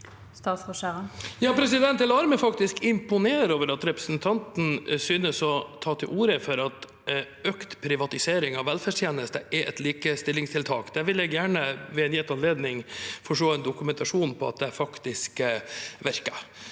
Jeg lar meg faktisk imponere over at representanten synes å ta til orde for at økt privatisering av velferdstjenester er et likestillingstiltak. Det vil jeg ved en gitt anledning gjerne se dokumentasjon på at faktisk virker.